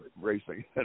racing